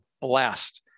blast